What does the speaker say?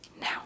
now